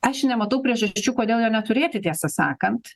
aš nematau priežasčių kodėl jo neturėti tiesą sakant